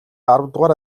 аравдугаар